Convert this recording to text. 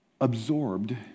absorbed